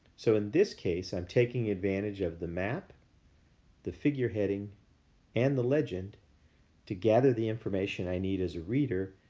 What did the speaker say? so, in this case i'm taking advantage of the map the figure heading and the legend to gather the information i need as a reader